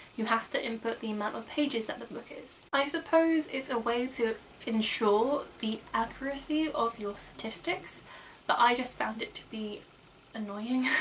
you have to input the amount of pages that the book is. i suppose it's a way to ensure the accuracy of your statistics but i just found it to be annoying.